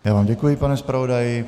Já vám děkuji, pane zpravodaji.